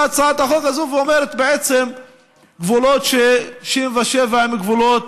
באה הצעת החוק הזו ואומרת: בעצם גבולות 67' הם גבולות